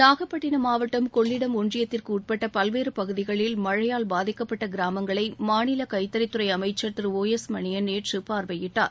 நாகப்பட்டினம் மாவட்டம் கொள்ளிடம் ஒன்றியத்திற்கு உட்பட்ட பல்வேறு பகுதிகளில் மழையால் பாதிக்கப்பட்ட கிராமங்களை கைத்தறித்துறை அமைச்சர் திரு ஓ எஸ் மணியன் நேற்று பார்வையிட்டார்